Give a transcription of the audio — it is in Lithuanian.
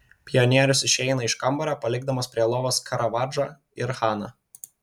pionierius išeina iš kambario palikdamas prie lovos karavadžą ir haną